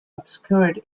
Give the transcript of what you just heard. obscured